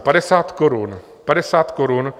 50 korun 50 korun!